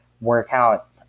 workout